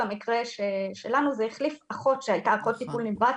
במקרה שלנו זה החליף אחות שהייתה אחות טיפול נמרץ,